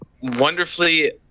wonderfully